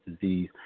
disease